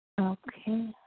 Okay